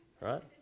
right